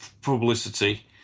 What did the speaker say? publicity